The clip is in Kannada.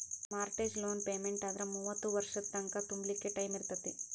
ಮಾರ್ಟೇಜ್ ಲೋನ್ ಪೆಮೆನ್ಟಾದ್ರ ಮೂವತ್ತ್ ವರ್ಷದ್ ತಂಕಾ ತುಂಬ್ಲಿಕ್ಕೆ ಟೈಮಿರ್ತೇತಿ